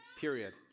period